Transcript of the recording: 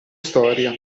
storia